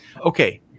Okay